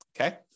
Okay